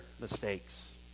mistakes